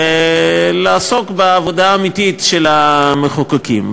ולעסוק בעבודה האמיתית של המחוקקים.